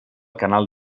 canal